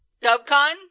dubcon